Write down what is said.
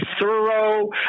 thorough